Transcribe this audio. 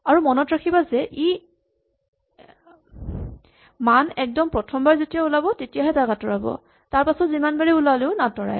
আৰু মনত ৰাখিবা যে ই মান একদম প্ৰথমবাৰ যেতিয়া ওলাব তেতিয়াহে তাক আঁতৰাব তাৰ পাছত যিমানবাৰেই ওলালেও নাঁতৰায়